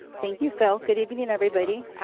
thank you, phil. good evening, everybody.